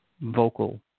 vocal